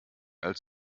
als